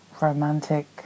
romantic